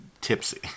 tipsy